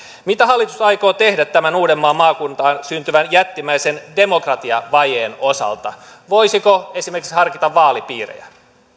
mitä hallitus aikoo tehdä tämän uudenmaan maakuntaan syntyvän jättimäisen demokratiavajeen osalta voisiko esimerkiksi harkita vaalipiirejä